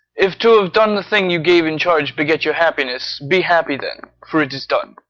if to have done the thing you gave in charge beget your happiness, be happy then, for it is done.